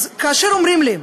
כאשר אומרים לי: